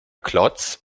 klotz